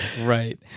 right